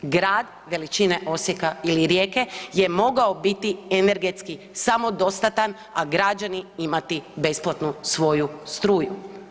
Grad veličine Osijeka ili Rijeke je mogao biti energetski samodostatan, a građani imati besplatnu svoju struju.